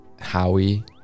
Howie